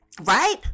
right